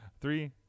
Three